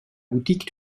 boutique